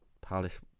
Palace